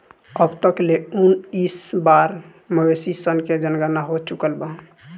अब तक ले उनऽइस बार मवेशी सन के जनगणना हो चुकल बा